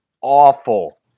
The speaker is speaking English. awful